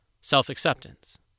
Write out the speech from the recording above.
Self-acceptance